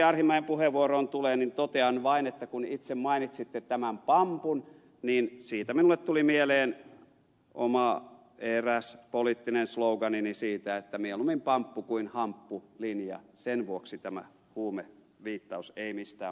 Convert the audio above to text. arhinmäen puheenvuoroon tulee niin totean vain että kun itse mainitsitte tämän pampun niin siitä minulle tuli mieleen eräs oma poliittinen slogaanini siitä että mieluummin pamppu kuin hamppulinja sen vuoksi tämä huumeviittaus ei mistään muusta syystä